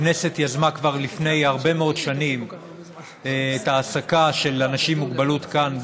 הכנסת יזמה כבר לפני הרבה מאוד שנים את ההעסקה של אנשים עם מוגבלות כאן,